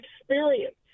experience